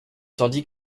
tandis